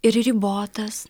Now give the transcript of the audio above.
ir ribotas